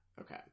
Okay